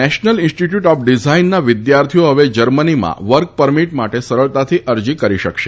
national Institute of ડિઝાઇનના વિદ્યાર્થીઓ હવે જર્મનીમાં વર્ક પરમિટ માટે સરળતાથી અરજી કરી શકશે